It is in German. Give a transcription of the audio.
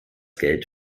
geld